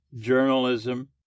journalism